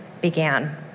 began